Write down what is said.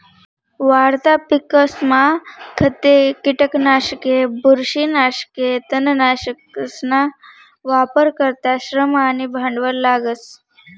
वाढता पिकसमा खते, किटकनाशके, बुरशीनाशके, तणनाशकसना वापर करता श्रम आणि भांडवल लागस